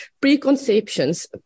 preconceptions